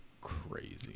crazy